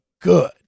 good